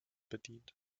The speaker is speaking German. bedient